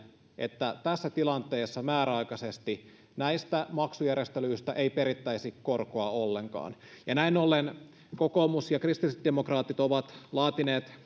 että tässä tilanteessa määräaikaisesti näistä maksujärjestelyistä ei perittäisi korkoa ollenkaan näin ollen kokoomus ja kristillisdemokraatit ovat laatineet mietintöön